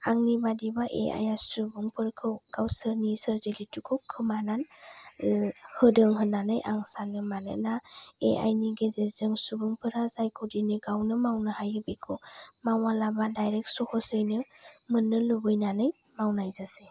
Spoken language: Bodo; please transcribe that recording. आंनि बादिबा ए आइ या सुबुंफोरखौ गावसोर नि सोरजिगुथुखौ खोमानानै होदों होननानै आं सानो मानोना ए आइ नि गेजेरजों सुबुंफोरा जायखौ दिनै गावनो मावनो हायो बिखौ मावालाबा दायरेक्ट सहजयैनो मोननो लुबैनानै मावनाय जासै